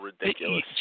ridiculous